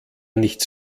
nichts